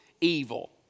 evil